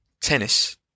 tennis